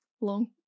long